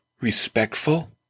respectful